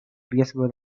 riesgo